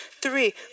three